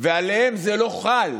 ועליהם זה לא חל.